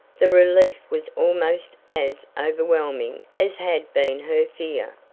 the relief was almost as overwhelming as had been her fear.